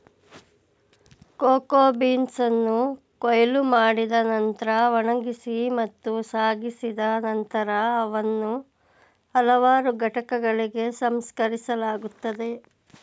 cocoa ಬೀನ್ಸನ್ನು ಕೊಯ್ಲು ಮಾಡಿದ ನಂತ್ರ ಒಣಗಿಸಿ ಮತ್ತು ಸಾಗಿಸಿದ ನಂತರ ಅವನ್ನು ಹಲವಾರು ಘಟಕಗಳಲ್ಲಿ ಸಂಸ್ಕರಿಸಲಾಗುತ್ತದೆ